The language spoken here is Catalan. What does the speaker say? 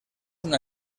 una